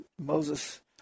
Moses